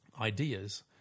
ideas